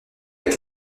avec